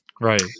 right